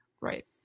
Right